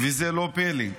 וזה לא פלא.